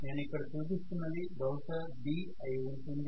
నేను ఇక్కడ చూపిస్తున్నది బహుశా B అయి ఉంటుంది